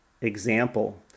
example